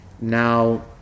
Now